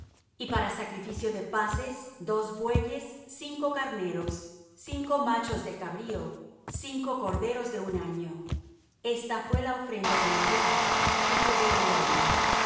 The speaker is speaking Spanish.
y para sacrificio de paces dos bueyes cinco carneros cinco machos de cabrío cinco corderos de un año esta fué la ofrenda de eliab hijo de helón